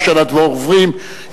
ראשון הדוברים,